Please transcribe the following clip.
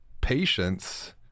patience